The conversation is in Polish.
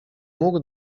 mógł